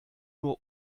nur